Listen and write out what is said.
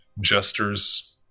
jesters